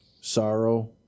sorrow